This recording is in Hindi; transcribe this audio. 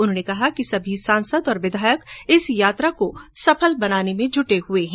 उन्होंने कहा कि समी सांसद और विधायक इस यात्रा को सफल बनाने में जुटे हुए हैं